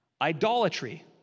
idolatry